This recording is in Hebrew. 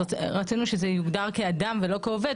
אז רצינו שזה יוגדר כאדם ולא כעובד,